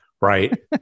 right